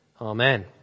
Amen